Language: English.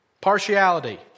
partiality